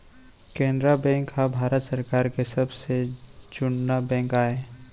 Canara bank ह भारत सरकार के सबले जुन्ना बेंक आय